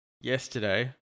yesterday